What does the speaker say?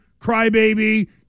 crybaby